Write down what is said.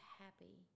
happy